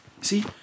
See